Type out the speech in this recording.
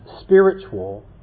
spiritual